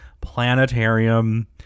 planetarium